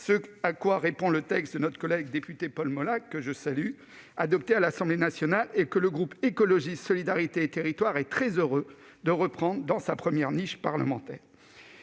ce à quoi répond le texte notre collègue député Paul Molac, que je salue, adopté par l'Assemblée nationale, et que le groupe Écologiste - Solidarité et Territoires est très heureux de reprendre dans le cadre de sa première niche parlementaire.